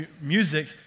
music